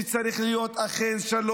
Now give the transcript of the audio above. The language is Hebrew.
שאכן צריך להיות שלום,